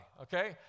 Okay